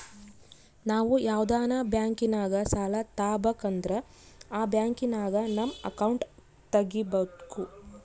ನಾವು ಯಾವ್ದನ ಬ್ಯಾಂಕಿನಾಗ ಸಾಲ ತಾಬಕಂದ್ರ ಆ ಬ್ಯಾಂಕಿನಾಗ ನಮ್ ಅಕೌಂಟ್ ತಗಿಬಕು